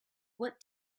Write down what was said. what